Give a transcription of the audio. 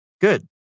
good